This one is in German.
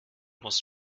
muss